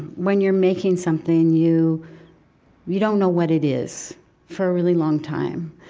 when you're making something, you you don't know what it is for a really long time.